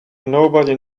nobody